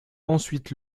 ensuite